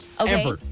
Okay